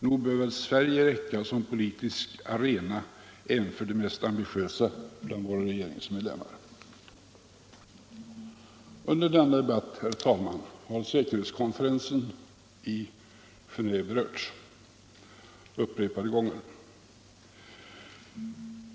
Nog bör väl Sverige räcka som politisk arena även för de mest ambitiösa bland våra regeringsmedlemmar. Under denna debatt, herr talman, har säkerhetskonferensen i Geneve berörts upprepade gånger.